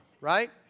right